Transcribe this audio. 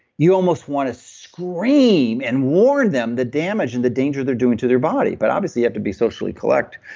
you almost want to scream and warn them the damage and the danger they're doing to their body but obviously you have to be socially correct,